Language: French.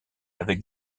avec